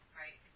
right